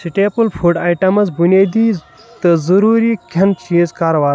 Staple food items بُنیٲدی تہٕ ضٔروٗری کھیٚنہٕ چیٖز کَر واتَن؟